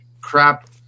crap